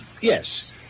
Yes